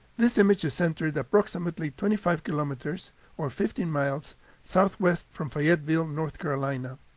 this image is centered approximately twenty five kilometers or fifteen miles southwest from fayetteville, north carolina.